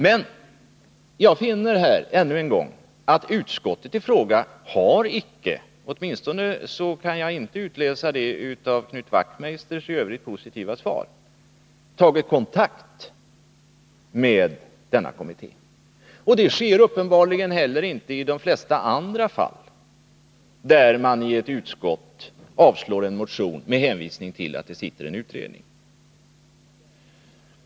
Men jag konstaterar här ännu en gång att utskottet i fråga icke har tagit kontakt med denna kommitté — åtminstone kan jag inte utläsa det av Knut Wachtmeisters i Övrigt positiva svar. Det sker uppenbarligen inte heller i de flesta andra fall. Utskottet avstyrker då bara motionen med hänvisning till att det sitter en utredning.